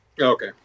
Okay